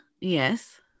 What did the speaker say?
Yes